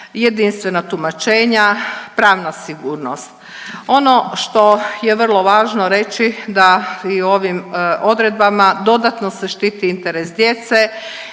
jedinstvena tumačenja, pravna sigurnost. Ono što je vrlo važno reći da i ovim odredbama dodatno se štiti interes djece